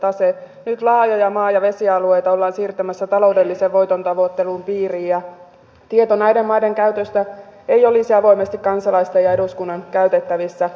nyt laajoja maa ja vesialueita ollaan siirtämässä taloudellisen voiton tavoittelun piiriin ja tieto näiden maiden käytöstä ei olisi avoimesti kansalaisten ja eduskunnan käytettävissä